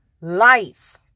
life